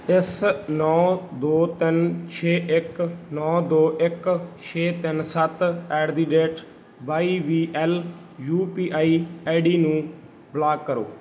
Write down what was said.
ਇਸ ਨੌਂ ਦੋ ਤਿੰਨ ਛੇ ਇੱਕ ਨੌਂ ਦੋ ਇੱਕ ਛੇ ਤਿੰਨ ਸੱਤ at the rate Y B L U P I D ਨੂੰ ਬਲਾਕ ਕਰੋ